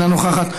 אינה נוכחת,